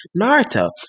Naruto